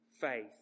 faith